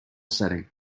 setting